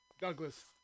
Douglas